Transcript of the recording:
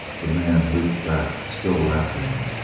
the man leaped back, still laughing.